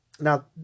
Now